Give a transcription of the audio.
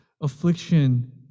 Affliction